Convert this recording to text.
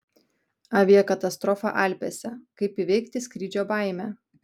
aviakatastrofa alpėse kaip įveikti skrydžio baimę